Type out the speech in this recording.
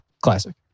classic